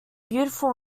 beautiful